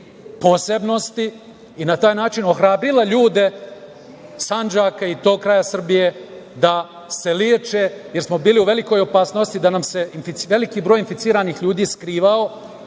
posebnosti i na taj način ohrabrila ljude Sandžaka i tog kraja Srbije da se leče, jer smo bili u velikoj opasnosti da nam se veliki broj inficiranih ljudi skrivao